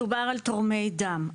מדובר על תורמי דם,